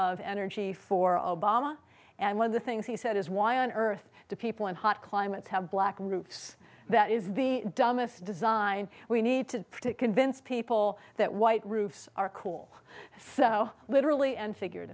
of energy for obama and one of the things he said is why on earth to people in hot climates have black roofs that is the dumbest design we need to to convince people that white roofs are cool so literally and